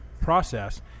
process